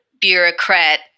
bureaucrat